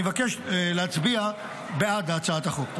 אני מבקש להצביע בעד הצעת החוק.